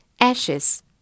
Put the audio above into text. Ashes